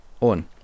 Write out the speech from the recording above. on